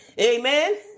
Amen